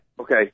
Okay